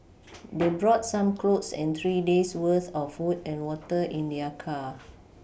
they brought some clothes and three days' worth of food and water in their car